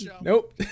nope